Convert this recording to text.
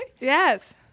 Yes